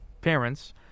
parents